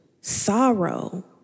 sorrow